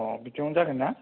अ' बिदिआवनो जागोन ना